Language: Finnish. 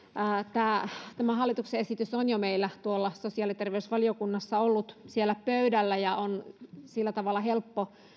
tämä hallituksen esitys on jo meillä tuolla sosiaali ja terveysvaliokunnassa ollut pöydällä ja on sillä tavalla helppo